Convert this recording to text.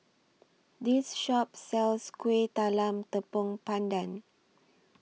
This Shop sells Kueh Talam Tepong Pandan